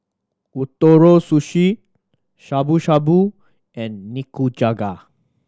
Ootoro Sushi Shabu Shabu and Nikujaga